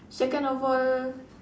second of all